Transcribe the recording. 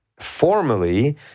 formally